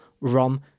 ROM